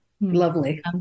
Lovely